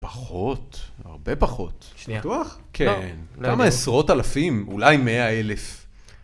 פחות, הרבה פחות. שנייה. כן, כמה עשרות אלפים, אולי מאה אלף.